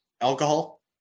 alcohol